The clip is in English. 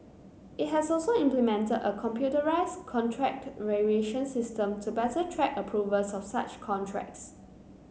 it has also implemented a computerised contract variation system to better track approvals of such contracts